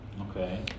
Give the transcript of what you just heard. Okay